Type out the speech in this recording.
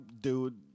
dude